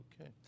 Okay